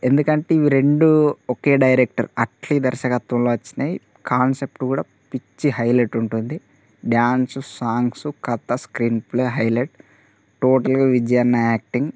ఎందుకంటే ఇవి రెండు ఒకే డైరెక్టర్ అట్లే దర్శకత్వంలో వచ్చినాయి కాన్సెప్ట్ కూడా పిచ్చి హైలెట్ ఉంటుంది డాన్స్ సాంగ్స్ కథ స్క్రీన్ ప్లే హైలెట్ టోటల్గా విజయ్ అన్న యాక్టింగ్